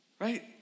right